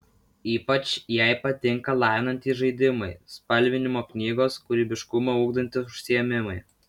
ypač jai patinka lavinantys žaidimai spalvinimo knygos kūrybiškumą ugdantys užsiėmimai